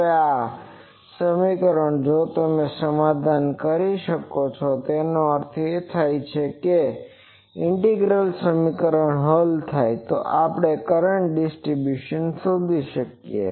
હવે આ સમીકરણનું જો તમે સમાધાન કરી શકો છો કે જેનો અર્થ થાય છે ઇન્ટિગ્રલ સમીકરણ હલ થાય તો આપણે કરંટ ડિસ્ટરીબ્યુસન શોધી શકીએ